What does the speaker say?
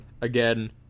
again